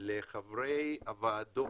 לחברי הוועדות